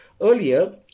Earlier